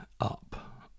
up